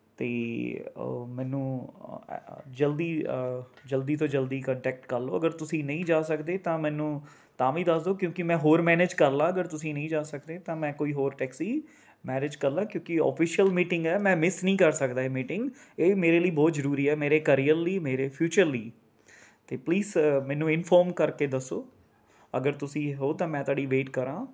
ਅਤੇ ਉਹ ਮੈਨੂੰ ਜਲਦੀ ਜਲਦੀ ਤੋਂ ਜਲਦੀ ਕੰਟੈਕਟ ਕਰ ਲਉ ਅਗਰ ਤੁਸੀਂ ਨਹੀਂ ਜਾ ਸਕਦੇ ਤਾਂ ਮੈਨੂੰ ਤਾਂ ਵੀ ਦੱਸ ਦਿਉ ਕਿਉਂਕਿ ਮੈਂ ਹੋਰ ਮੈਨੇਜ ਕਰ ਲਵਾਂ ਅਗਰ ਤੁਸੀਂ ਨਹੀਂ ਜਾ ਸਕਦੇ ਤਾਂ ਮੈਂ ਕੋਈ ਹੋਰ ਟੈਕਸੀ ਮੈਰੇਜ ਕਰ ਲਵਾਂ ਕਿਉਂਕਿ ਓਫਿਸ਼ਅਲ ਮੀਟਿੰਗ ਹੈ ਮੈਂ ਮਿਸ ਨਹੀਂ ਕਰ ਸਕਦਾ ਇਹ ਮੀਟਿੰਗ ਇਹ ਮੇਰੇ ਲਈ ਬਹੁਤ ਜ਼ਰੂਰੀ ਹੈ ਮੇਰੇ ਕਰੀਅਰ ਲਈ ਮੇਰੇ ਫਿਊਚਰ ਲਈ ਅਤੇ ਪਲੀਜ਼ ਮੈਨੂੰ ਇਨਫੋਰਮ ਕਰਕੇ ਦੱਸੋ ਅਗਰ ਤੁਸੀਂ ਹੋ ਤਾਂ ਮੈਂ ਤੁਹਾਡੀ ਵੇਟ ਕਰਾਂ